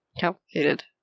Complicated